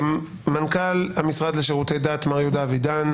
מנכ"ל המשרד לשירותי דת מר יהודה אבידן.